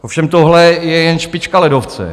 Ovšem tohle je jen špička ledovce.